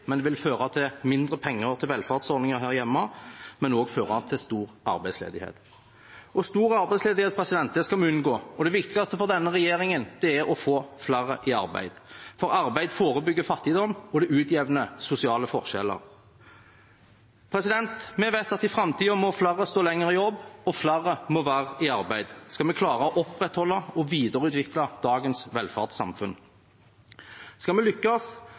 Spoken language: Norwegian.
men også føre til stor arbeidsledighet. Stor arbeidsledighet skal vi unngå, og det viktigste for denne regjeringen er å få flere i arbeid, for arbeid forebygger fattigdom, og det utjevner sosiale forskjeller. Vi vet at i framtiden må flere stå lenger i jobb og flere må være i arbeid skal vi klare å opprettholde og videreutvikle dagens velferdssamfunn. Skal vi lykkes,